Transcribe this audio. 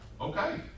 Okay